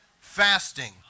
fasting